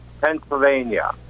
Pennsylvania